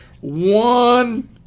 one